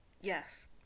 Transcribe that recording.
Yes